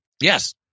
yes